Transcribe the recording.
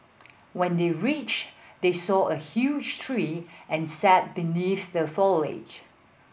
when they reached they saw a huge tree and sat beneath the foliage